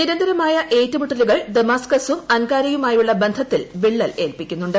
നിരന്തരമായ ഏറ്റുമുട്ടലുകൾ ദമാസ്ക്കസും അൻകാരയുമായുള്ള ബന്ധത്തിൽ വിള്ളൽ ഏൽപ്പിക്കുന്നുണ്ട്